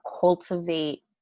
cultivate